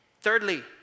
thirdly